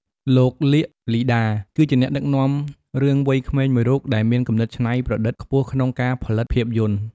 លោក លៀក លីដា គឺជាអ្នកដឹកនាំរឿងវ័យក្មេងមួយរូបដែលមានគំនិតច្នៃប្រឌិតខ្ពស់ក្នុងការផលិតភាពយន្ត។